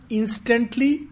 instantly